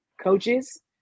coaches